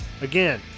Again